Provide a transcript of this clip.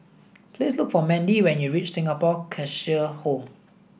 please look for Mendy when you reach Singapore Cheshire Home